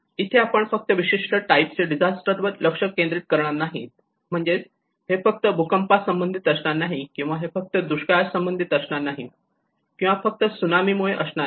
इथे आपण फक्त विशिष्ट टाईप चे डिझास्टर वर आपले लक्ष केंद्रित करणार नाही म्हणजेच हे फक्त भुकंपासंबंधित असणार नाही किंवा हे फक्त दुष्काळामुळे असणार नाही किंवा फक्त सुनामी मुळे असणार नाही